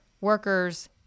workers